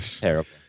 terrible